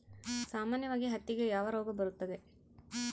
ಸಾಮಾನ್ಯವಾಗಿ ಹತ್ತಿಗೆ ಯಾವ ರೋಗ ಬರುತ್ತದೆ?